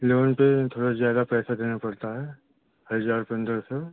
loan पर थोड़ा ज्यादा पैसा देना पड़ता है हजार पन्द्रह सौ